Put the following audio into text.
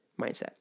mindset